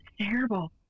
terrible